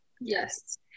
Yes